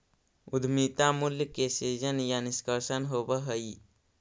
उद्यमिता मूल्य के सीजन या निष्कर्षण होवऽ हई